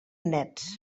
nets